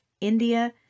India